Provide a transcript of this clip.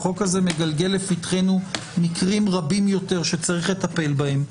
החוק הזה מגלגל לפתחנו מקרים רבים יותר שצריך לטפל בהם.